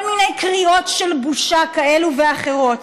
כל מיני קריאות של בושה כאלה ואחרות.